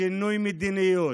שינוי מדיניות,